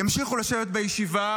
ימשיכו לשבת בישיבה,